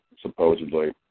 supposedly